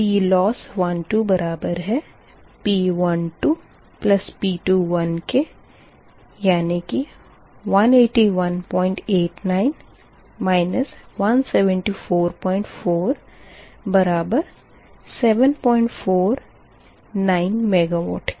PLOSS 12 बराबर है P12 P21 के यानी कि 18189 1744 बराबर 749 मेगावाट के